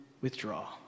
withdraw